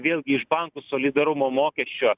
vėlgi iš bankų solidarumo mokesčio